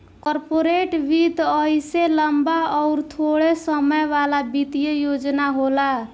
corporate वित्त अइसे लम्बा अउर थोड़े समय वाला वित्तीय योजना होला